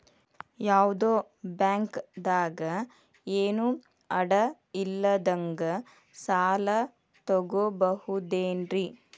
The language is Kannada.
ಯಾವ್ದೋ ಬ್ಯಾಂಕ್ ದಾಗ ಏನು ಅಡ ಇಲ್ಲದಂಗ ಸಾಲ ತಗೋಬಹುದೇನ್ರಿ?